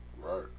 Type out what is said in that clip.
Right